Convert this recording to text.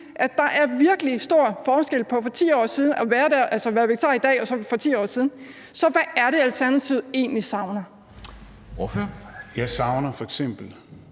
at der er virkelig stor forskel på at være vegetar i dag og så for 10 år siden. Så hvad er det, Alternativet egentlig savner? Kl. 16:41 Formanden